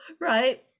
right